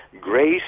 grace